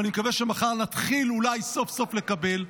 ואני מקווה שמחר נתחיל אולי סוף-סוף לקבל,